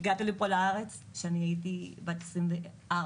הגעתי לפה לארץ כשהייתי בת 24,